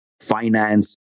Finance